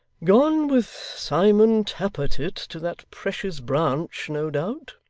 gone with simon tappertit to that precious branch, no doubt